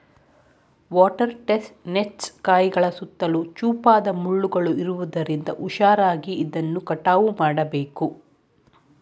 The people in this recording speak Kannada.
ವಾಟರ್ ಟೆಸ್ಟ್ ನೆಟ್ಸ್ ಕಾಯಿಗಳ ಸುತ್ತಲೂ ಚೂಪಾದ ಮುಳ್ಳುಗಳು ಇರುವುದರಿಂದ ಹುಷಾರಾಗಿ ಇದನ್ನು ಕಟಾವು ಮಾಡಬೇಕು